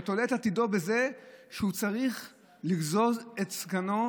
אתה תולה את עתידו בזה שהוא צריך לגזוז את זקנו,